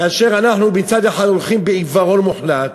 כאשר אנחנו, מצד אחד, הולכים בעיוורון מוחלט